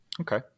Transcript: Okay